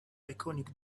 iconic